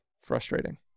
frustrating